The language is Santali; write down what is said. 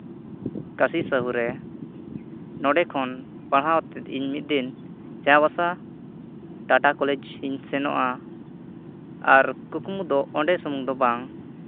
ᱠᱟᱹᱢᱤ ᱥᱟᱹᱦᱩ ᱨᱮ ᱱᱚᱸᱰᱮ ᱠᱷᱚᱱ ᱯᱟᱲᱦᱟᱣ ᱠᱟᱛᱮ ᱤᱧ ᱢᱤᱫ ᱫᱤᱱ ᱪᱟᱭᱵᱟᱥᱟ ᱴᱟᱴᱟ ᱠᱚᱞᱮᱡᱽ ᱤᱧ ᱥᱮᱱᱚᱜᱼᱟ ᱟᱨ ᱠᱩᱠᱢᱩ ᱫᱚ ᱚᱸᱰᱮ ᱥᱩᱢᱩᱝ ᱫᱚ ᱵᱟᱝ